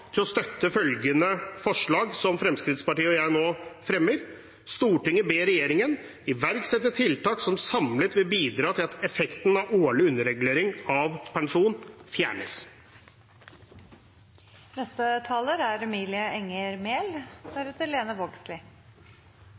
til å støtte følgende forslag, som Fremskrittspartiet og jeg nå fremmer: «Stortinget ber regjeringen iverksette tiltak som samlet vil bidra til at effekten av årlig underregulering av pensjon